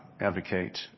advocate